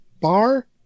bar